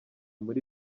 muri